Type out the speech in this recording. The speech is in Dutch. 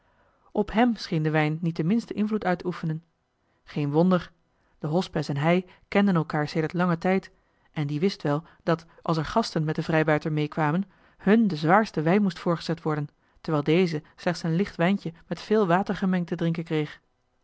hem scheen de wijn niet den minsten invloed uit te oefenen geen wonder de hospes en hij kenden elkaar sedert langen tijd en die wist wel dat als er gasten met den vrijbuiter meekwamen hun den zwaarsten wijn moest voorgezet worden terwijl deze joh h been paddeltje de scheepsjongen van michiel de ruijter slechts een licht wijntje met veel water gemengd te drinken kreeg